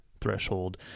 threshold